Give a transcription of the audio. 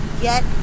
get